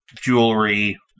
jewelry